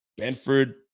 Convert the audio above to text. Benford